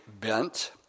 bent